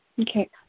Okay